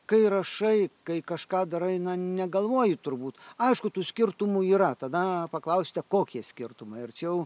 kai rašai kai kažką darai na negalvoji turbūt aišku tų skirtumų yra tada paklausite kokie skirtumai ir čia jau